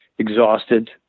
exhausted